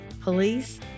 Police